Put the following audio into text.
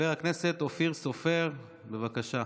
חבר הכנסת אופיר סופר, בבקשה.